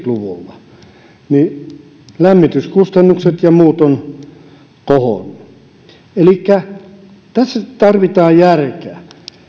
luvulla lämmityskustannukset ja muut ovat kohonneet elikkä tässä tarvitaan järkeä